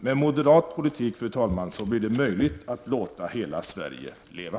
Med moderat politik, fru talman, blir det möjligt att låta hela Sverige leva.